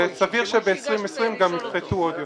הולכה וטיפול בביוב וכן להקמת מפעלי השבה.